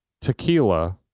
Tequila